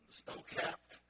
snow-capped